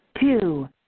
Two